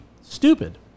stupid